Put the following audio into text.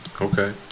okay